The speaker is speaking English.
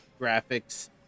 graphics